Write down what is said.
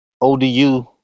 ODU